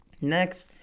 Next